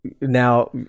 now